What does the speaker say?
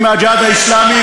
אני מבקשת לסיים.